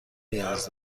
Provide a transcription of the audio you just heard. نیاز